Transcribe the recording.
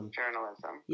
journalism